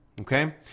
okay